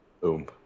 Boom